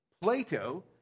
Plato